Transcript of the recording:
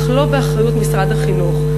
אך לא באחריות משרד החינוך.